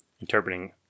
interpreting